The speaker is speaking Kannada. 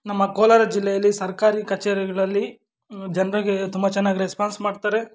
ನಮ್ಮ ಕೋಲಾರ ಜಿಲ್ಲೆಯಲ್ಲಿ ಸರ್ಕಾರಿ ಕಚೇರಿಗಳಲ್ಲಿ ಜನರಿಗೆ ತುಂಬ ಚೆನ್ನಾಗಿ ರೆಸ್ಪಾನ್ಸ್ ಮಾಡ್ತಾರೆ